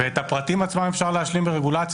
את הפרטים עצמם אפשר להשלים ברגולציה.